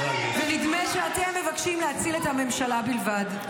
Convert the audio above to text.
ונדמה שאתם מבקשים להציל את הממשלה בלבד.